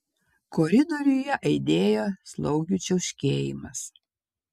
koridoriuje aidėjo slaugių čiauškėjimas